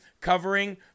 covering